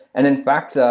and in fact, ah